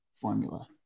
formula